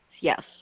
Yes